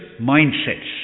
mindsets